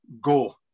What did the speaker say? go